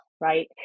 Right